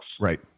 Right